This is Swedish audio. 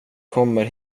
kommer